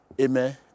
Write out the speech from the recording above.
amen